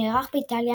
שנערך באיטליה,